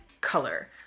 color